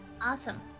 Awesome